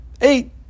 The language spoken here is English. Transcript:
eight